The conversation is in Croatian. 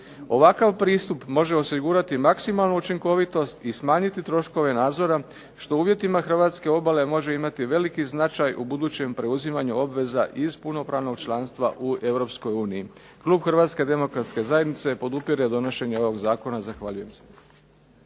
Ovakav pristup može osigurati maksimalnu učinkovitost i smanjiti troškove nadzora što uvjetima hrvatske obale može imati veliki značaj u budućem preuzimanju obveza iz punopravnog članstva u EU. Klub HDZ-a podupire donošenje ovog zakona. Zahvaljujem se.